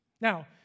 Now